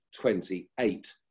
28